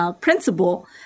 principal